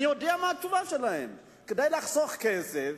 אני יודע מה התשובה שלהם, כדי לחסוך כסף,